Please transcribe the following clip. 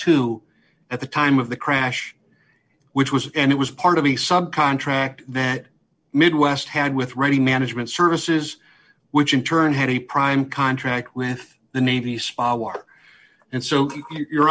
two at the time of the crash which was and it was part of the subcontract that midwest had with ready management services which in turn had a prime contract with the navy spy and so you